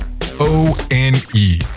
O-N-E